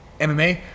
MMA